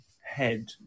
head